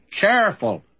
careful